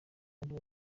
ariwe